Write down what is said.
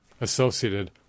associated